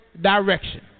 direction